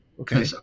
Okay